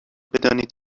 بدانید